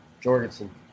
Jorgensen